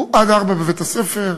הוא עד 16:00 בבית-הספר,